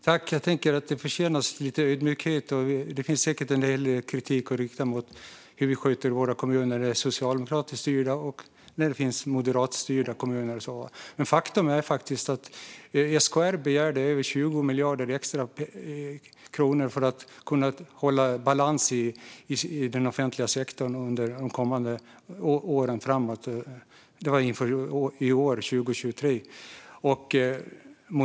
Herr talman! Jag tror att lite ödmjukhet är på sin plats. Det finns säkert en del kritik att rikta mot hur såväl socialdemokratiskt styrda som moderatstyrda kommuner sköts. Faktum är dock att SKR begärde över 20 miljarder kronor extra för att kunna hålla balans i den offentliga sektorn under de kommande åren. Detta skedde inför i år.